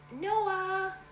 Noah